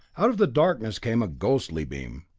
out of the darkness came a ghostly beam,